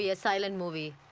ah ah silent movie